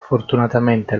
fortunatamente